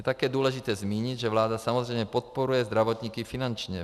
Je také důležité zmínit, že vláda samozřejmě podporuje zdravotníky finančně.